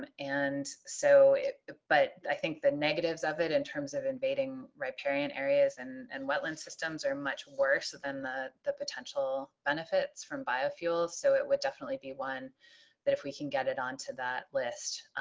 um and so but i think the negatives of it in terms of invading riparian areas and and wetland systems are much worse than the the potential benefits from biofuels so it would definitely be one that if we can get it onto that list